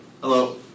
Hello